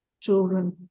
children